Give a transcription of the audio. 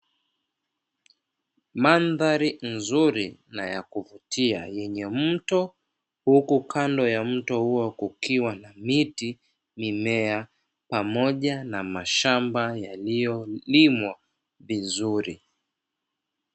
Mandhari nzuri yakuvutia yenye mito pamoja na mashamba yaliyolimwa vizuri